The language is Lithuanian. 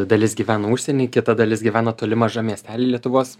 dalis gyvena užsieny kita dalis gyvena toli mažam miestey lietuvos